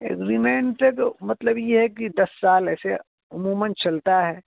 agreement تو مطلب یہ ہے کہ دس سال ایسے عموماً چلتا ہے